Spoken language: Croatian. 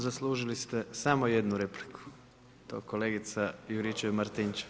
Zaslužili ste samo jednu repliku, to kolegica Juričev-Martinčev.